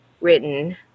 written